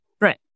Right